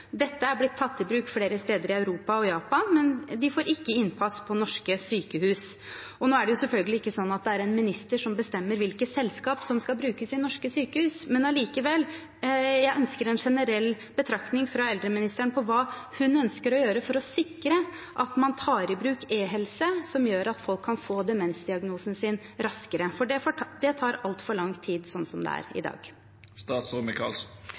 Dette er blitt tatt i bruk flere steder i Europa og i Japan, men de får ikke innpass i norske sykehus. Nå er det selvfølgelig ikke sånn at det er en statsråd som bestemmer hvilke selskap som skal brukes i norske sykehus, men jeg ønsker allikevel en generell betraktning fra eldreministeren om hva hun ønsker å gjøre for å sikre at man tar i bruk e-helse, som gjør at folk kan få demensdiagnosen sin raskere, for det tar altfor lang tid, slik det er i dag. Jeg er svært opptatt av e-helse, for, som også representanten sier, det er